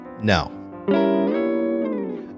no